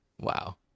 Wow